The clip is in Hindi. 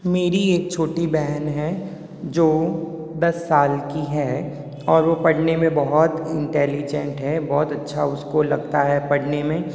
मेरी एक छोटी बहन है जो दस साल की है और वो पढ़ने में बहुत इंटेलीजेंट है बहुत अच्छा उसको लगता है पढ़ने में